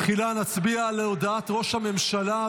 תחילה נצביע על הודעת ראש הממשלה,